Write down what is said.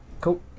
Cool